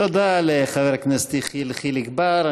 תודה לחבר הכנסת יחיאל חיליק בר.